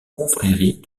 confrérie